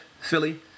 Philly